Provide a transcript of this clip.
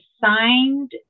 signed